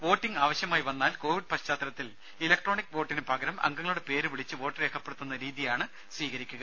voting ആവശ്യമായി വന്നാൽ Covid പശ്ചാത്തലത്തിൽ ഇലക്ട്രോണിക് വോട്ടിന് പകരം അംഗങ്ങളുടെ പേര് വിളിച്ച് വോട്ട് രേഖപ്പെടുത്തുന്ന രീതിയാണ് സ്വീകരിക്കുക